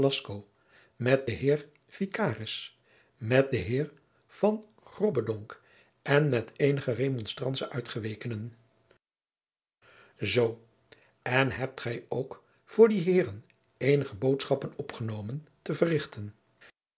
met den heer vicaris met den heer van grobbendonck en met eenige remonstrantsche uitgewekenen zoo en hebt gij ook voor die heeren eenige boodschappen opgenomen te verrichten